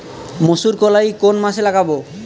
মুসুরকলাই কোন মাসে লাগাব?